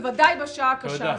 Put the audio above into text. בוודאי בשעה הקשה הזו.